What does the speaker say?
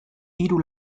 hiru